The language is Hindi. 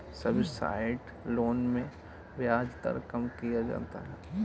सब्सिडाइज्ड लोन में ब्याज दर कम किया जाता है